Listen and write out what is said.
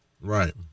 Right